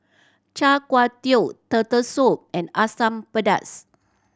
Char Kway Teow Turtle Soup and Asam Pedas